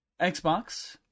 Xbox